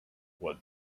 what